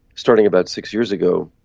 starting about six years ago,